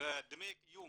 ודמי הקיום